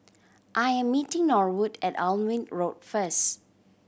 I am meeting Norwood at Alnwick Road first